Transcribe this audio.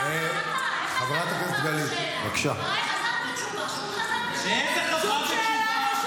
סירב להקים ועדת חקירה למירון ומסרב ל-7 באוקטובר -- תודה רבה.